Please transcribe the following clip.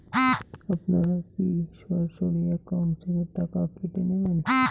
আপনারা কী সরাসরি একাউন্ট থেকে টাকা কেটে নেবেন?